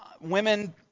women